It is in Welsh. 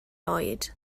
oed